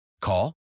Call